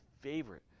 favorite